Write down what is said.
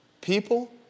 people